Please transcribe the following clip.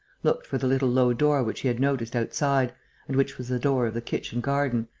looked for the little low door which he had noticed outside and which was the door of the kitchen garden,